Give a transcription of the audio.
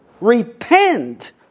Repent